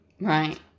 Right